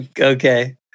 Okay